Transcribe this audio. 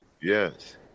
Yes